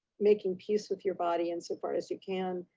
making peace with your body and so far as you can,